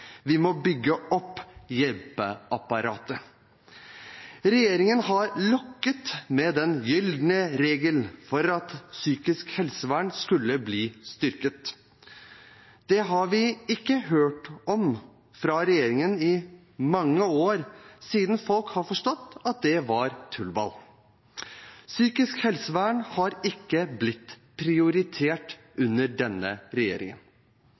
vi må bygge opp hjelpeapparatet. Regjeringen har lokket med den gylne regel for at psykisk helsevern skulle bli styrket. Det har vi ikke hørt om fra regjeringen på mange år, siden folk har forstått at det var tullball. Psykisk helsevern er ikke blitt prioritert under denne regjeringen.